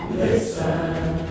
listen